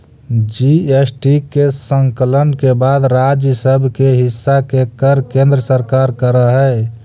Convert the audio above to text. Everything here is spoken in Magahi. जी.एस.टी के संकलन के बाद राज्य सब के हिस्सा के कर केन्द्र सरकार कर हई